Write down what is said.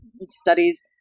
studies